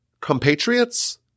compatriots